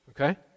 Okay